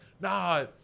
Nah